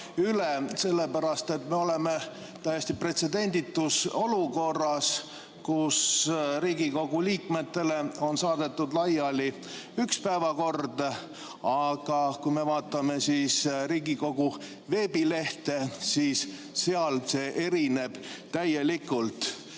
sellepärast et me oleme täiesti pretsedenditus olukorras, kus Riigikogu liikmetele on saadetud laiali üks päevakord, aga kui me vaatame Riigikogu veebilehte, siis sealne erineb sellest